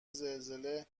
زلزله